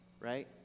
right